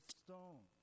stone